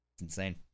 insane